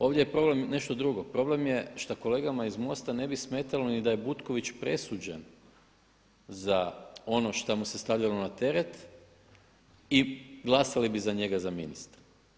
Ovdje je problem nešto drugo, problem je što kolegama iz MOST-a ne bi smetalo ni da je Butković presuđen za ono što mu se stavljalo na teret i glasali bi za njega za ministra.